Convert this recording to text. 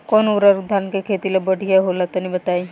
कौन उर्वरक धान के खेती ला बढ़िया होला तनी बताई?